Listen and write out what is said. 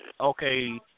Okay